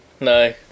No